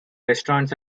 restaurants